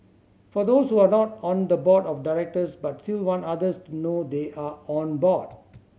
for those who are not on the board of directors but still want others to know they are on board